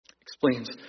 explains